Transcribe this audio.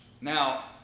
Now